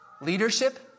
leadership